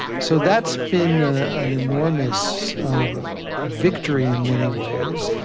so that's been an enormous um victory in many ways.